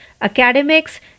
academics